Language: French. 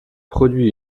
produit